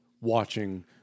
watching